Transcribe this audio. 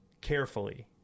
carefully